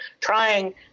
trying